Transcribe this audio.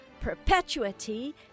perpetuity